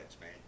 man